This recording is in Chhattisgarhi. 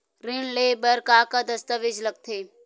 ऋण ले बर का का दस्तावेज लगथे?